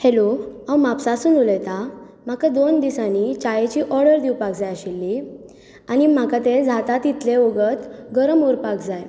hello हांव म्हापसासून उलयतां म्हाका दोन दिसांनी चायेची ऑडर दिवपाक जाय आशिल्ली आनी म्हाका तें जाता तितलें वगत गरम उरपाक जाय